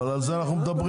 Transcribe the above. אבל על זה אנחנו מדברים.